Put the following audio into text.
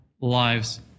Lives